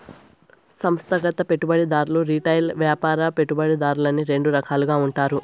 సంస్థాగత పెట్టుబడిదారులు రిటైల్ వ్యాపార పెట్టుబడిదారులని రెండు రకాలుగా ఉంటారు